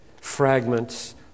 fragments